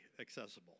accessible